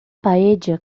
paella